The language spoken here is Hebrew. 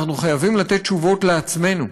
אנחנו חייבים לתת תשובות לעצמנו.